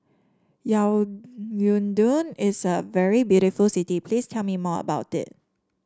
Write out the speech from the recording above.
Yaounde is a very beautiful city Please tell me more about it